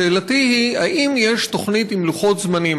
שאלתי היא: האם יש תוכנית עם לוחות-זמנים,